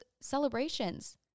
celebrations